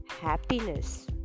happiness